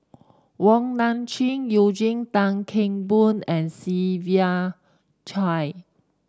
Wong Nai Chin Eugene Tan Kheng Boon and Siva Choy